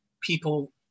people